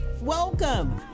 Welcome